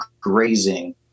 grazing